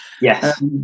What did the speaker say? yes